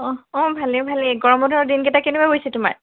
অঁ অঁ ভালে ভালে গৰম বন্ধৰ দিন কেইটা কেনেকুৱা গৈছে তোমাৰ